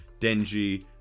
Denji